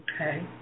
Okay